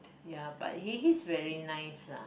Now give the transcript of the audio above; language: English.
ya but he he's very nice lah